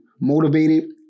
motivated